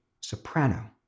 Soprano